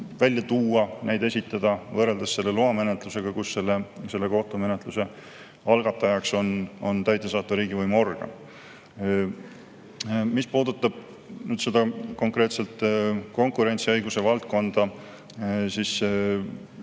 välja tuua ja neid esitada võrreldes selle loamenetlusega, kus kohtumenetluse algatajaks on täidesaatva riigivõimu organ. Mis puudutab konkreetset konkurentsiõiguse valdkonda või